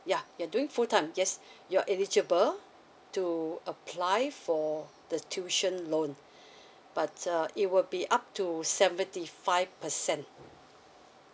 yeah you're doing full time yes you eligible to apply for the tuition loan but uh it will be up to seventy five percent